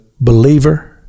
believer